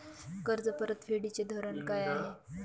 कर्ज परतफेडीचे धोरण काय आहे?